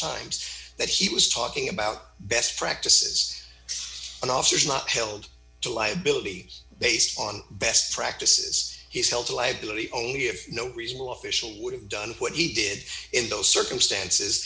times that he was talking about best practices and officers not held to liability based on best practices his health a liability only if no reasonable official would have done what he did in those circumstances